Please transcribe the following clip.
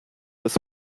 des